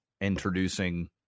introducing